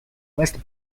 west